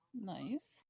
Nice